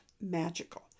magical